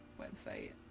website